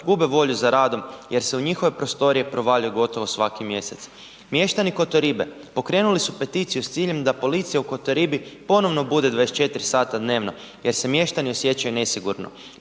gube volju za radom jer se u njihove prostorije provaljuje gotovo svaki mjesec. Mještani Kotoribe pokrenuli su peticiju s ciljem da policija u Kotoribi ponovno bude 24 sata dnevno jer se mještani osjećaju nesigurno.